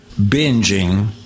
binging